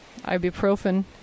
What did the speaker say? ibuprofen